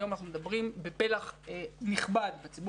היום אנחנו מדברים על פלח נכבד בציבור